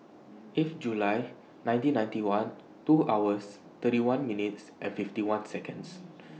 eighth July nineteen ninety one two hours thirty one minutes and fifty one Seconds